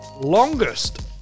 longest